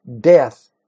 death